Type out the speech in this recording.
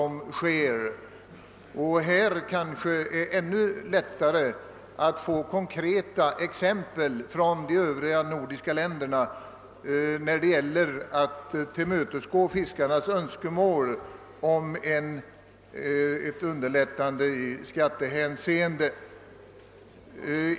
Här är det kanske ännu lättare att få konkreta exempel från de övriga nordiska länderna när det gäller att tillmötesgå fiskarnas önskemål om ett underlättande i skattehänseende.